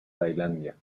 tailandia